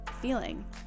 feeling